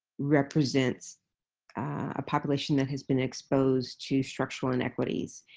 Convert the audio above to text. represents a population that has been exposed to structural inequities.